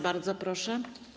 Bardzo proszę.